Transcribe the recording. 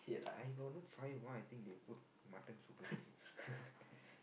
I got no five why I think they put mutton soup already